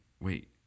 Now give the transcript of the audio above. wait